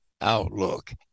outlook